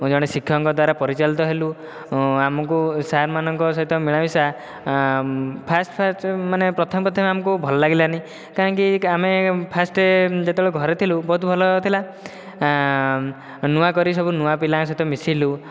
ଜଣେ ଶିକ୍ଷକଙ୍କ ଦ୍ୱାରା ପରିଚାଳିତ ହେଲୁ ଆମକୁ ସାର ମାନଙ୍କ ସହ ମିଳାମିଶା ଫାଷ୍ଟ ଫାଷ୍ଟ ମାନେ ପ୍ରଥମେ ପ୍ରଥମେ ଆମକୁ ଭଲ ଲାଗିଲାନି କାହିଁକି ଆମେ ଫାଷ୍ଟ ଯେତେବେଳେ ଘରେ ଥିଲୁ ବହୁତ ଭଲ ଥିଲା ନୂଆକରି ସବୁ ନୁଆଁ ପିଲାଙ୍କ ସହିତ ମିଶିଲୁ